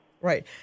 Right